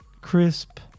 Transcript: crisp